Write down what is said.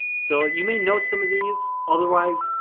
so you may know some of these. otherwise,